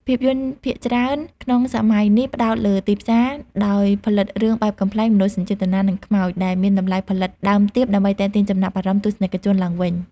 ភាពយន្តភាគច្រើនក្នុងសម័យនេះផ្តោតលើទីផ្សារ ដោយផលិតរឿងបែបកំប្លែង មនោសញ្ចេតនា និងខ្មោច ដែលមានតម្លៃផលិតដើមទាបដើម្បីទាក់ទាញចំណាប់អារម្មណ៍ទស្សនិកជនឡើងវិញ។